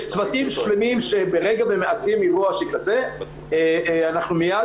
יש צוותים שלמים שברגע שמאתרים אירוע כשזה אנחנו מיד